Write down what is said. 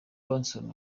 benson